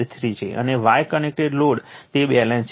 અને Y connected load તે balance હશે